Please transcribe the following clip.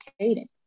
cadence